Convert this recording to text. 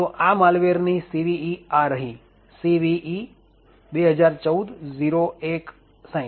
તો આ માલ્વેરની CVE આ રહી CVE 2014 0160